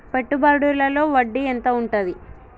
పెట్టుబడుల లో వడ్డీ ఎంత ఉంటది?